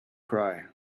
cry